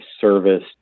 service